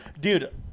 Dude